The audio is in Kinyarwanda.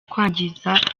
kwangiza